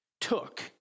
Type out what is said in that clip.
took